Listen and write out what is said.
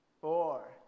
four